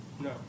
No